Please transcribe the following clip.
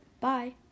bye